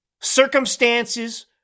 circumstances